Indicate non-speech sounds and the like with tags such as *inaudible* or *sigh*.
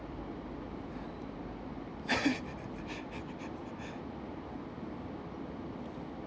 *laughs*